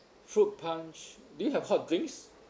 fruit punch do you have hot drinks